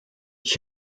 ich